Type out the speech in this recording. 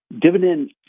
dividend